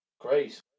Great